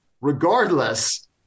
regardless